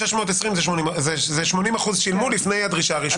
620 זה 80% שילמו לפני הדרישה הראשונה.